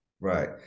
Right